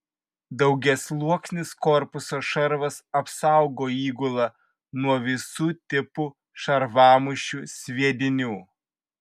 daugiasluoksnis korpuso šarvas apsaugo įgulą nuo visų tipų šarvamušių sviedinių